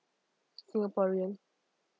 singaporean